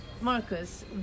Marcus